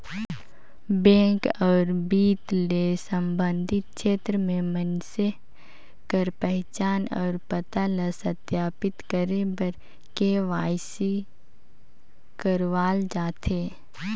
bank अउ बित्त ले संबंधित छेत्र में मइनसे कर पहिचान अउ पता ल सत्यापित करे बर के.वाई.सी करवाल जाथे